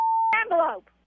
envelope